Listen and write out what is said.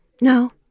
No